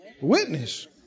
Witness